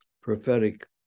prophetic